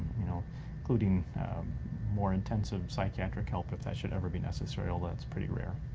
you know including more intensive psychiatric help if that should ever be necessary, although that's pretty rare.